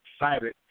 excited